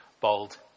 bold